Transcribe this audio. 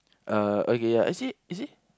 uh okay I see I see